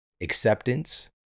acceptance